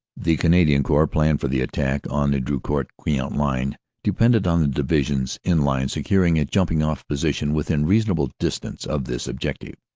the canad ian corps' plan for the attack on the drocourt queant line depended on the divisions in line securing a jump ing off position within reasonable distance of this objective.